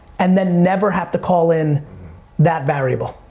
and then never have to call in that variable.